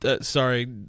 sorry